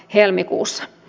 helmikuussa